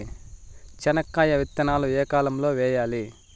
చెనక్కాయ విత్తనాలు ఏ కాలం లో వేయాలి?